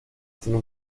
tiene